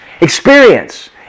Experience